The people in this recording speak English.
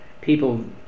people